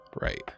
Right